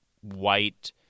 white